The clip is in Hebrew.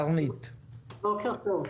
בוקר טוב.